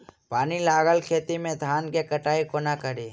पानि लागल खेत मे धान केँ कटाई कोना कड़ी?